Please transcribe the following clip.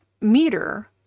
meter